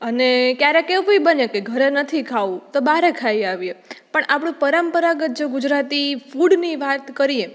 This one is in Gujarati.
અને ક્યારેક એવું પણ બને કે ઘરે નથી ખાવું તો બહાર પણ ખાઈ આવીએ પણ આપણું પરંપરાગત જો ગુજરાતી ફૂડની વાત કરીએ